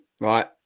right